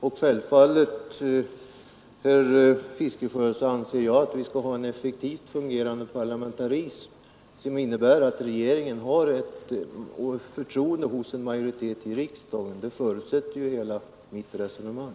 Och självfallet, herr Fiskesjö, anser jag att vi skall ha en effektivt fungerande parlamentarism, som innebär att regeringen har förtroende hos en majoritet i riksdagen. Det förutsätter ju hela mitt resonemang.